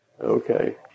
Okay